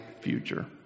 future